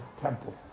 temple